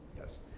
Yes